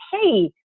hey